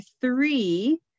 three